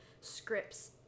scripts